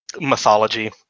mythology